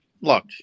look